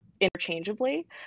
interchangeably